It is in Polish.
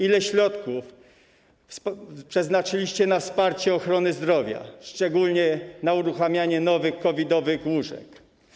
Ile środków przeznaczyliście na wsparcie ochrony zdrowia, szczególnie na uruchomienie nowych COVID-owych łóżek?